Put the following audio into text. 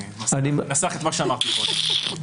אני מנסח את מה שאמרתי קודם.